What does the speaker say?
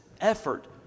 Effort